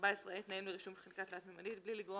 תנאים לרישום חלקה תלת־ממדית 14ה.בלי לגרוע